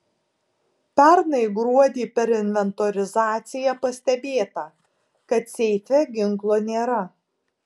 pernai gruodį per inventorizaciją pastebėta kad seife ginklo nėra